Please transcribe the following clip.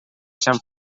sant